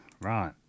right